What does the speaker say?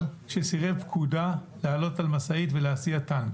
שסירב פקודה לעלות על משאית ולהסיע טנק?